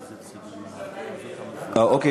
אה, אוקיי.